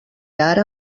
ara